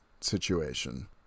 situation